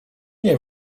nie